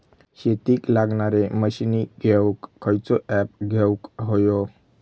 शेतीक लागणारे मशीनी घेवक खयचो ऍप घेवक होयो?